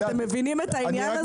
אתם מבינים את העניין הזה?